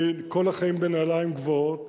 אני כל החיים בנעליים גבוהות,